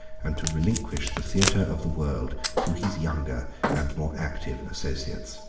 and to relinquish the theatre of the world to his younger and more active associates.